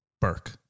Burke